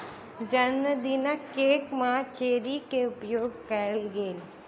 जनमदिनक केक में चेरी के उपयोग कएल गेल